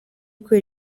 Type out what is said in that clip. kubera